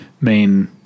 main